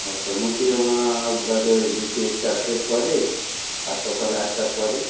মোটামুটি আমার ধরো এদিকে চারটের পরে আর সকাল আটটার পরে